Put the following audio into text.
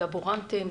לבורנטים,